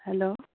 hello